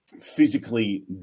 physically